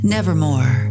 Nevermore